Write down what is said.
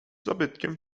zabytkiem